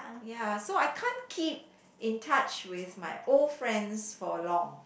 ya so I can't keep in touch with my old friends for long